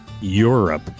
Europe